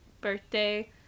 birthday